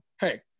hey